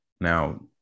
Now